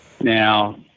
Now